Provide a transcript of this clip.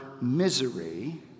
misery